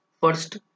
first